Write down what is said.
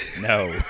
No